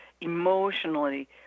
emotionally